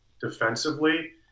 defensively